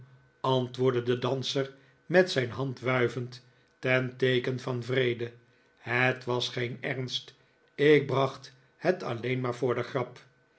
antwoordde de danser met zijn hand wuivend ten teeken van vrede het was geen ernst ik bracht het alleen maar voor de grap